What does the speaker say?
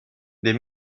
des